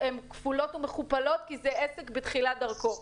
הן כפולות ומכופלות כי זה עסק בתחילת דרכו.